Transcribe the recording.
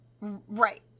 Right